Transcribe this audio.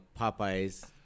Popeye's